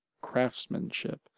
craftsmanship